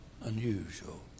unusual